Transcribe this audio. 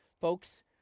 folks